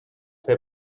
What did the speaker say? fer